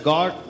God